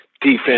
defense